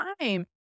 time